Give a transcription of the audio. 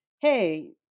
hey